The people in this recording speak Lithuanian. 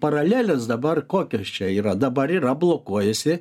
paralelės dabar kokios čia yra dabar yra blokuojasi